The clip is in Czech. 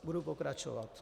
Budu pokračovat.